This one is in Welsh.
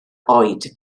oed